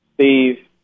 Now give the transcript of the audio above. Steve